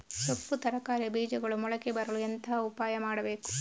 ಸೊಪ್ಪು ತರಕಾರಿಯ ಬೀಜಗಳು ಮೊಳಕೆ ಬರಲು ಎಂತ ಉಪಾಯ ಮಾಡಬೇಕು?